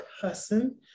person